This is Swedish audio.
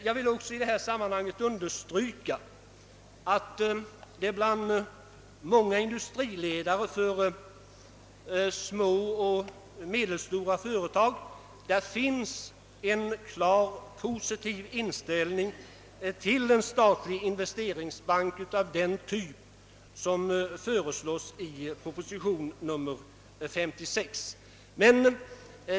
Jag vill också i detta sammanhang understryka att det bland många ledare för små och medelstora industriföretag finns en klart positiv inställning till en statlig investeringsbank av den typ som föreslås i proposition nr 56.